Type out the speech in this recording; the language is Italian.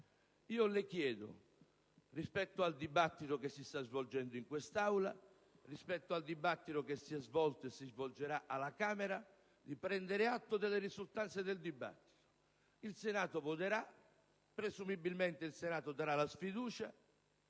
Le chiedo, rispetto al dibattito che si sta svolgendo in quest'Aula, rispetto al dibattito che si è svolto e si svolgerà alla Camera, di prendere atto delle risultanze del dibattito. Il Senato voterà, presumibilmente dando la fiducia